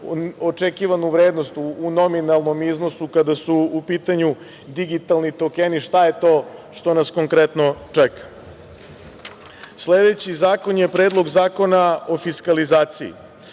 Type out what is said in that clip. očekivanu vrednost u nominalnim iznosu kada su u pitanju digitalni tokeni, šta je to što nas konkretno čeka? Sledeći zakon je Predlog zakona o fiskalizaciji.